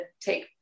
take